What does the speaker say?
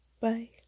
bye